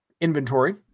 inventory